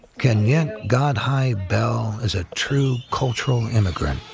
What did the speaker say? kenyette godhigh-bell is a true cultural immigrant.